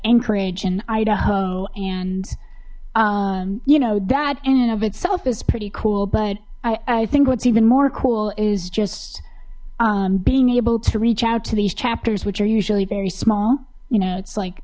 anchorage and idaho and you know that in and of itself is pretty cool but i i think what's even more cool is just being able to reach out to these chapters which are usually very small you know it's like